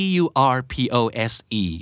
Purpose